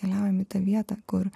keliaujame į tą vietą kur